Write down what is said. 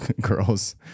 girl's